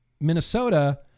Minnesota